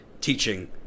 teaching